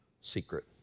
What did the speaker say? secret